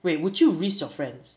wait would you risk your friends